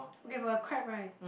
okay for the crab right